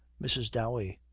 mrs. dowey.